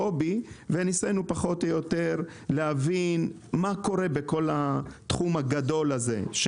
מה קורה בכל התחום הגדול הזה.